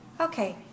Okay